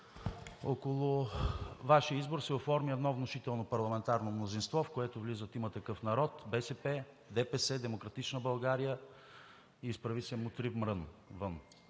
Около Вашия избор се оформя едно внушително парламентарно мнозинство, в което влизат „Има такъв народ“, БСП, ДПС, „Демократична България“ и „Изправи се! Мутри, вън!“